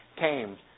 came